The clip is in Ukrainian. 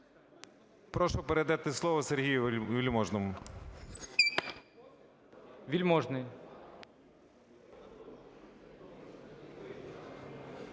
Прошу передати слово Сергію Вельможному. ГОЛОВУЮЧИЙ. Вельможний.